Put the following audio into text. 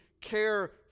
care